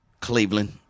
Cleveland